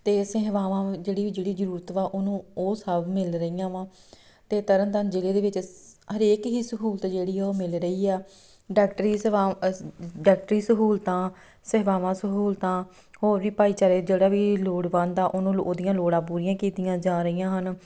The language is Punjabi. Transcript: ਅਤੇ ਸੇਵਾਵਾਂ ਜਿਹੜੀ ਵੀ ਜਿਹੜੀ ਜ਼ਰੂਰਤ ਵਾ ਉਹਨੂੰ ਉਹ ਸਭ ਮਿਲ ਰਹੀਆਂ ਵਾ ਅਤੇ ਤਰਨਤਾਰਨ ਜਿਲ੍ਹੇ ਦੇ ਵਿੱਚ ਹਰੇਕ ਹੀ ਸਹੂਲਤ ਜਿਹੜੀ ਉਹ ਮਿਲ ਰਹੀ ਆ ਡਾਕਟਰੀ ਡਾਕਟਰੀ ਸਹੂਲਤਾਂ ਸੇਵਾਵਾਂ ਸਹੂਲਤਾਂ ਹੋਰ ਵੀ ਭਾਈਚਾਰੇ ਜਿਹੜਾ ਵੀ ਲੋੜਵੰਦ ਆ ਉਹਨੂੰ ਉਹਦੀਆਂ ਲੋੜਾਂ ਪੂਰੀਆਂ ਕੀਤੀਆਂ ਜਾ ਰਹੀਆਂ ਹਨ